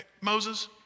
Moses